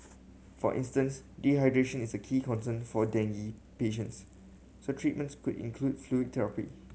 for instance dehydration is a key concern for dengue patients so treatments could include fluid therapy